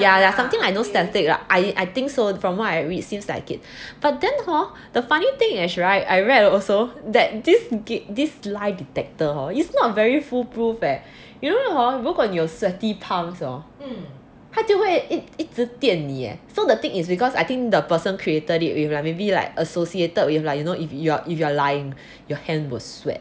yeah yeah something like those I think so from what I read since like it but then hor the funny thing is right that this game this lie detector hor is not very foolproof eh you know hor 如果你有 sweaty palms hor 他就会一直电你 eh so the thing is because I think the person created it with like maybe like associated with like you know if you if you are lying your hand will sweat